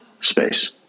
space